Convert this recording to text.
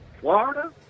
Florida